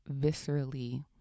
viscerally